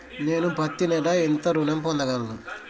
నేను పత్తి నెల ఎంత ఋణం పొందగలను?